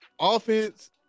Offense